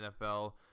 NFL